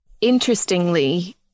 Interestingly